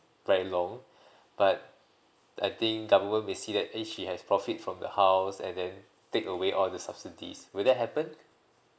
very long but I think government may see that she has profit from the house and then take away all the subsidies would that happen